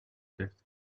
death